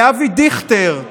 לאבי דיכטר: